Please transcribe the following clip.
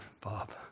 Bob